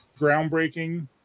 groundbreaking